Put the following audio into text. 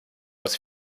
aus